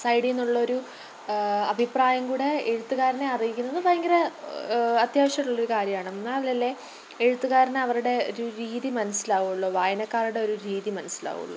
സൈഡിന്നുള്ളൊരു അഭിപ്രായം കൂടി എഴുത്തുകാരനെ അറിയിക്കുന്നതും ഭയങ്കര അത്യാവശ്യമുള്ളൊരു കാര്യമാണ് എന്നാലല്ലേ എഴുത്തുകാരന് അവരുടെ ഒരു രീതി മനസ്സിലാകുള്ളൂ വായനക്കാരുടെ ഒരു രീതി മനസ്സിലാകുള്ളൂ